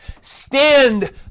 stand